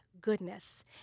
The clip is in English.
goodness